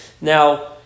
Now